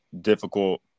difficult